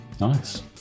Nice